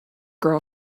girl